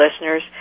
listeners